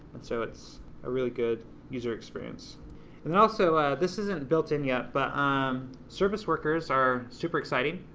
and so it's a really good user experience and and also, this isn't built in yet, but ah um service workers are super exciting.